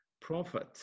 prophet